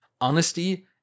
Honesty